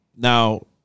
Now